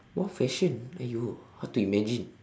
what fashion !aiyo! how to imagine